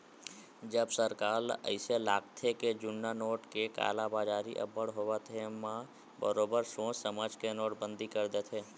जब सरकार ल अइसे लागथे के जुन्ना नोट के कालाबजारी अब्बड़ होवत हे म बरोबर सोच समझ के नोटबंदी कर देथे